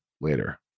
later